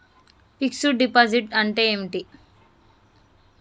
Fix డ్ deposit అంటే ఏమిటి?